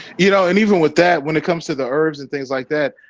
you know and even with that when it comes to the herbs and things like that,